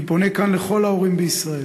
אני פונה כאן לכל ההורים בישראל: